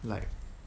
like